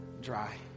dry